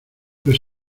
pero